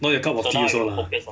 not your cup of tea also lah